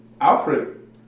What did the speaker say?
Alfred